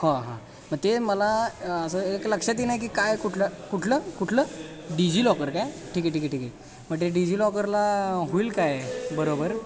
हो हा मग ते मला असं एक लक्षात येईना की काय कुठलं कुठलं कुठलं डिजीलॉकर काय ठीक ठीक ठीक मग ते डिजीलॉकरला होईल काय बरोबर